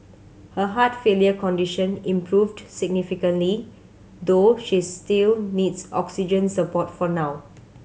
her heart failure condition improved significantly though she still needs oxygen support for now